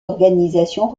organisations